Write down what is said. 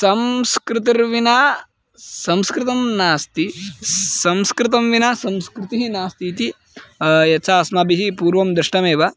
संस्कृतिर्विना संस्कृतं नास्ति संस्कृतं विना संस्कृतिः नास्ति इति यथा अस्माभिः पूर्वं दृष्टमेव